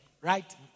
Right